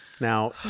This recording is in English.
Now